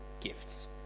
gifts